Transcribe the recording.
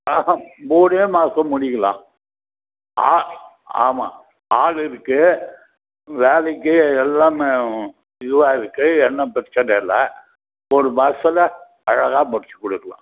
ஆஹ மூணே மாசத்துக்குள்ளே முடிக்கலாம் ஆ ஆமாம் ஆள் இருக்கு வேலைக்கு எல்லாமே இதுவாக இருக்கு ஒன்றும் பிரச்சனை இல்லை ஒரு மாதத்துல அழகாக முடிச்சு கொடுக்குலாம்